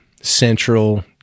central